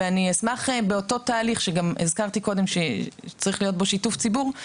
אשמח באותו תהליך שהזכרתי קודם שצריך להיות בו שיתוף ציבור,